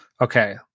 Okay